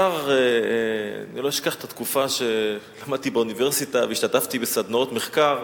אני לא אשכח את התקופה שלמדתי באוניברסיטה והשתתפתי בסדנאות מחקר,